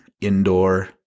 Indoor